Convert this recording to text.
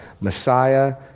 Messiah